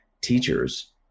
teachers